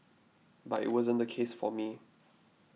but it wasn't the case for me